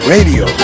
Radio